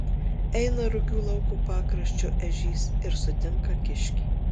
eina rugių lauko pakraščiu ežys ir sutinka kiškį